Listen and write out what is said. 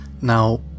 Now